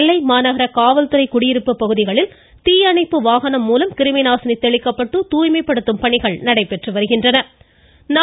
நெல்லை மாநகர காவல்துறை குடியிருப்பு பகுதிகளில் தீயணைப்பு வாகனம் மூலம் கிருமிநாசினி தெளிக்கப்பட்டு தூய்மைப்படுத்தும் பணிகள் நடைபெற்று வருகின்றன